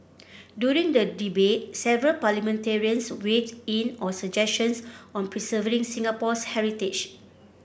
during the debate several parliamentarians weighed in on suggestions on preserving Singapore's heritage